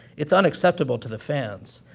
it's unacceptable to the fans.